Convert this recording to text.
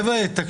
הצבעה לא אושרה.